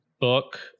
book